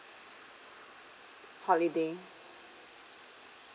holiday